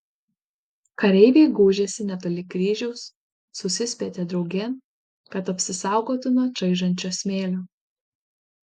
kareiviai gūžėsi netoli kryžiaus susispietė draugėn kad apsisaugotų nuo čaižančio smėlio